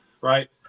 right